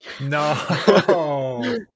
No